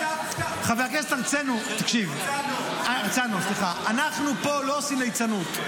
חבר הכנסת הרצנו, אנחנו פה לא עושים ליצנות.